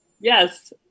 Yes